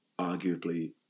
arguably